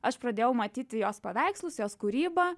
aš pradėjau matyti jos paveikslus jos kūrybą